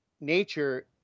nature